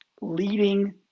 leading